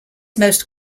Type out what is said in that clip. most